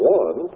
one